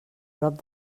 prop